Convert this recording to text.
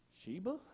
Sheba